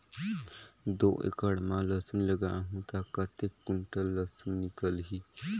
दो एकड़ मां लसुन लगाहूं ता कतेक कुंटल लसुन निकल ही?